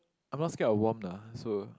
I'm not scared of warm lah so